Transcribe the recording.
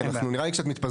כי נראה לי שאנחנו מתפזרים.